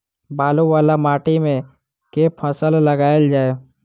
बालू वला माटि मे केँ फसल लगाएल जाए?